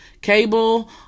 cable